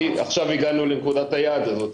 כי עכשיו הגענו לנקודת היעד הזאת.